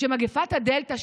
שמגפת הדלתא,